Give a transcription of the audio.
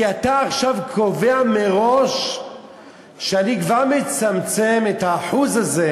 כי אתה עכשיו קובע מראש שאני כבר מצמצם את האחוז הזה.